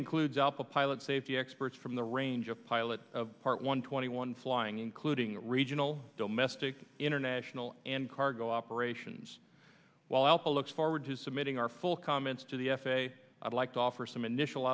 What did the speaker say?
includes up a pilot safety experts from the range of pilot part one twenty one flying including regional domesticity international and cargo operations while also looks forward to submitting our full comments to the f a a i'd like to offer some initial